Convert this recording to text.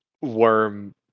Worm